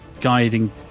Guiding